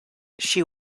she